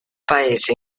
paese